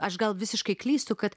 aš gal visiškai klystu kad